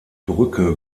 brücke